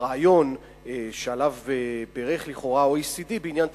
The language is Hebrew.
היו חמש דקות ועוד ארבע דקות.